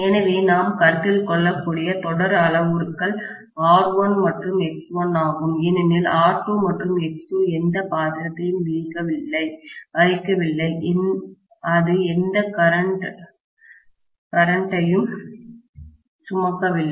எனவே நாம் கருத்தில் கொள்ளக்கூடிய தொடர் அளவுருக்கள் R1 மற்றும் X1 ஆகும் ஏனெனில் R2 மற்றும் X2 எந்த பாத்திரத்தையும் வகிக்க இல்லை அது எந்த கரண்ட் டைம் சுமக்கவில்லை